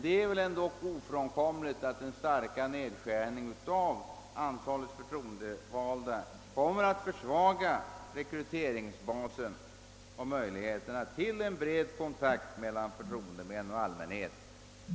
Det är emellertid ofrånkomligt att den starka nedskärningen av antalet förtroendevalda kommer att försvaga rekryteringsbasen och försämra möjligheterna till en bred kontakt mellan förtroendemän och allmänhet.